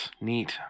Neat